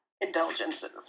indulgences